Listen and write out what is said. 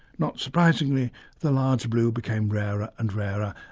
not surprisingly the large blue became rarer and rarer,